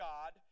God